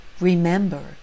Remember